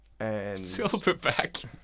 Silverback